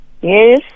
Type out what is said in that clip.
Yes